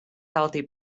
healthy